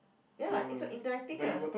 ya it's so interacting lah